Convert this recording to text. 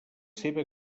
seva